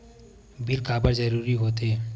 Bill काबर जरूरी होथे?